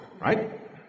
right